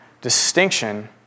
distinction